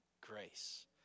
grace